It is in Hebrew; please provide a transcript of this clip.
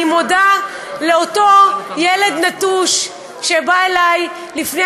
אני גם מודה לאותו ילד נטוש שבא אלי לפני